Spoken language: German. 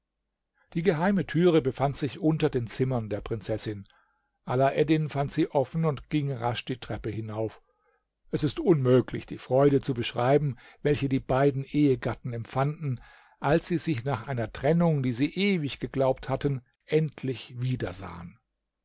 die geheime türe befand sich unter den zimmern der prinzessin alaeddin fand sie offen und ging rasch die treppe hinauf es ist unmöglich die freude zu beschreiben welche die beiden ehegatten empfanden als sie sich nach einer trennung die sie ewig geglaubt hatten endlich wiedersahen